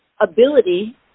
ability